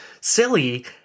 silly